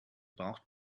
braucht